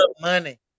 money